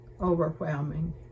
overwhelming